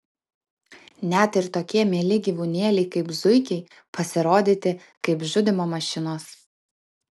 net ir tokie mieli gyvūnėliai kaip zuikiai pasirodyti kaip žudymo mašinos